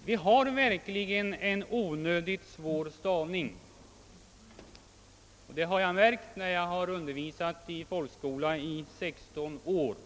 Att vi har en onödigt svår stavning har jag märkt när jag har undervisat i folkskolan i sexton år.